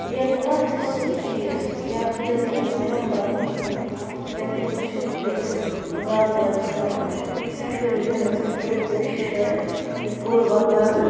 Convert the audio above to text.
یا کانٛہہ تہِ سُہ چیٖز یا کُلِس گژھِ نہٕ کیوٚم لَگُن کِہیٖنۍ تہِ نہٕ تمہِ خٲطرٕ چھُ أکِس باغہٕ وٲلِس پٮ۪وان سٮ۪ٹھٕے محنَت تہٕ سٮ۪ٹھٕے کوٗشِش کَرٕنۍ یہِ کُل وۄپداونہٕ